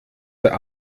der